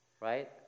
right